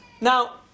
Now